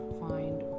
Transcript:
find